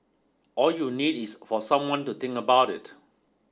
all you need is for someone to think about it